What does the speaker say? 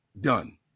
done